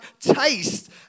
taste